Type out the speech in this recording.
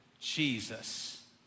Jesus